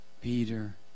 Peter